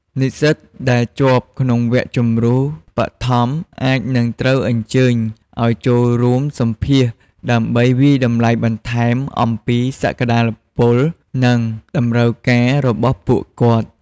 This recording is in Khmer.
និស្សិតដែលជាប់ក្នុងវគ្គជម្រុះបឋមអាចនឹងត្រូវអញ្ជើញឱ្យចូលរួមសម្ភាសន៍ដើម្បីវាយតម្លៃបន្ថែមអំពីសក្តានុពល និងតម្រូវការរបស់ពួកគាត់។